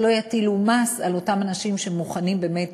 שלא יטילו מס על אותם אנשים שמוכנים באמת